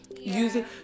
Using